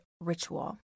ritual